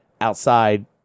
outside